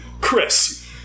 Chris